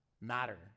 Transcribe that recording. matter